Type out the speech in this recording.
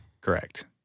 Correct